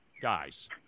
guys